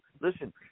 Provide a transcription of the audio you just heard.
listen